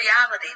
reality